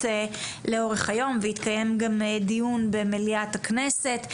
לאורך היום ויתקיים גם דיון במליאת הכנסת.